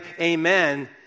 amen